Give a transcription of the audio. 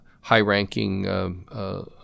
high-ranking